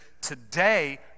today